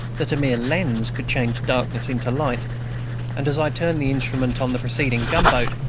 that a mere lens could change darkness into light and as i turned the instrument on the preceding gunboat,